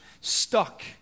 stuck